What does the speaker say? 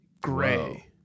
Gray